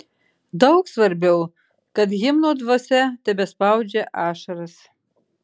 daug svarbiau kad himno dvasia tebespaudžia ašaras